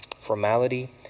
Formality